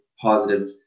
positive